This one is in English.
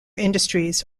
industries